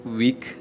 week